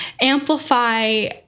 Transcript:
amplify